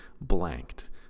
blanked